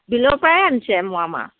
বিলৰ পৰাই আনিছে মোৱা মাছ